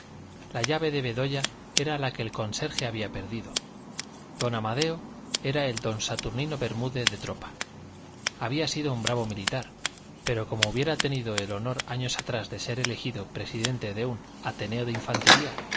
la llave de bedoya era la que el conserje había perdido don amadeo era el don saturnino bermúdez de tropa había sido un bravo militar pero como hubiera tenido el honor años atrás de ser elegido presidente de un ateneo de infantería